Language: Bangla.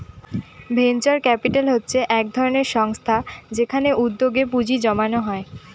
ভেঞ্চার ক্যাপিটাল হচ্ছে এক ধরনের সংস্থা যেখানে উদ্যোগে পুঁজি জমানো হয়